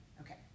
Okay